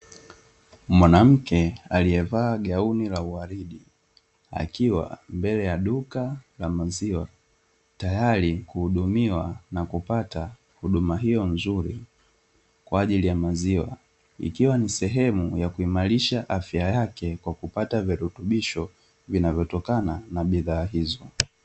Mwanamke aliyevaa gauni la uwaridi akiwa mbele ya duka la maziwa tayari kuhudumiwa na kupata huduma hio nzuri ya maziwa, ikiwa ni sehemu ya kuimarisha afya yake kwakupata virutubisho inayotokana na huduma hizo.